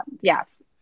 Yes